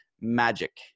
magic